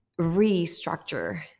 restructure